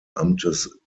amtes